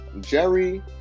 Jerry